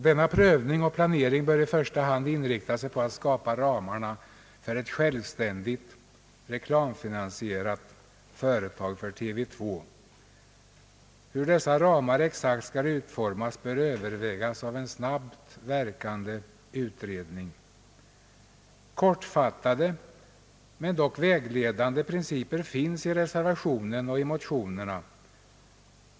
Denna prövning och planering bör i första hand inrikta sig på att skapa ramar för ett självständigt reklamfinansierat företag för TV 2. Hur dessa ramar exakt skall utformas bör övervägas av en snabbt arbetande utredning. Kortfattade men dock vägledande principer finns i reservationen och i motionerna.